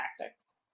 tactics